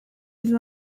ils